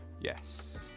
Yes